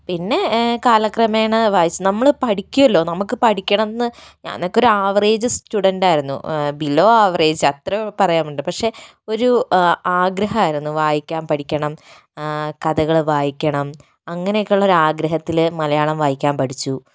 പിന്നെ കാലക്രമേണ വായിച്ച് നമ്മള് പഠിക്കുമല്ലോ നമുക്ക് പഠിക്കണമെന്ന് ഞാനൊക്കെ ഒര് ആവറേജ് സ്റ്റുഡൻ്റ് ആയിരുന്നു ബിലോ ആവറേജ് അത്രയേ പക്ഷെ ഒരു ആഗ്രഹമായിരുന്നു വായിക്കാൻ പഠിക്കണം കഥകൾ വായിക്കണം അങ്ങനെയൊക്കെ ഉള്ള ഒരു ആഗ്രഹത്തില് മലയാളം വായിക്കാൻ പഠിച്ചു